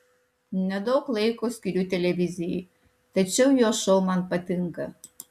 nedaug laiko skiriu televizijai tačiau jo šou man patinka